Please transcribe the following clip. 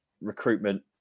recruitment